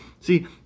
See